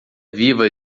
viva